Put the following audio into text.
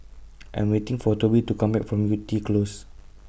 I Am waiting For Toby to Come Back from Yew Tee Close